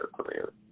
career